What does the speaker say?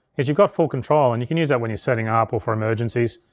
is you've got full control and you can use that when you're setting up or for emergencies.